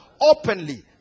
openly